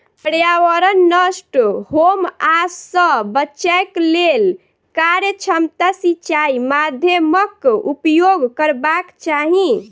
पर्यावरण नष्ट होमअ सॅ बचैक लेल कार्यक्षमता सिचाई माध्यमक उपयोग करबाक चाही